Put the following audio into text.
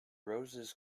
roses